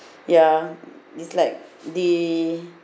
ya it's like they